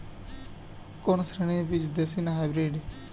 কোন শ্রেণীর বীজ দেশী না হাইব্রিড?